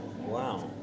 Wow